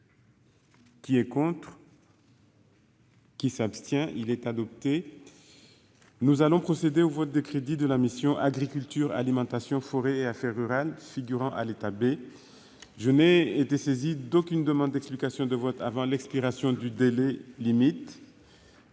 Je mets aux voix l'amendement n° II-107 rectifié. Nous allons procéder au vote des crédits de la mission « Agriculture, alimentation, forêt et affaires rurales », figurant à l'état B. Je n'ai été saisi d'aucune demande d'explication de vote avant l'expiration du délai limite.